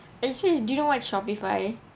actually do you know what is shopify